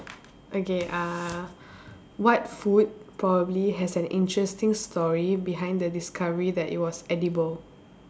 okay uh what food probably has an interesting story behind the discovery that it was edible